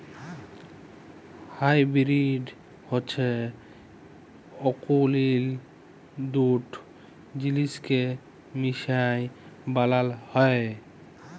hybrid হছে অকুলীল দুট জিলিসকে মিশায় বালাল হ্যয়